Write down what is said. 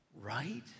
right